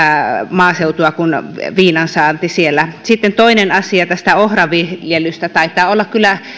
maaseutua enemmän kuin viinan saanti siellä sitten toinen asia tästä ohran viljelystä taitavat olla kyllä